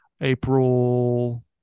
April